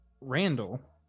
Randall